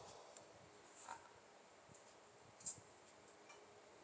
ah